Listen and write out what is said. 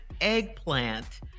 eggplant